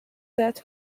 that